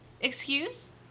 excuse